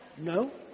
no